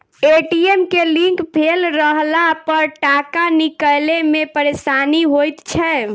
ATM के link fail रहलापर टाका निकालै मे परेशानी होइत छै